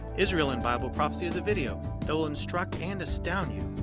israel in bible prophecy is a video that will instruct and astound you,